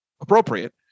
appropriate